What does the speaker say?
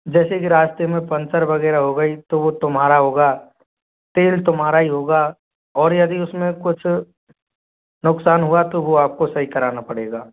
जैसे कि रास्ते में पंचर वगैरह हो गई तो वह तुम्हारा होगा तेल तुम्हारा ही होगा और यदि उसमें कुछ नुकसान हुआ तो वह आपको सही कराना पड़ेगा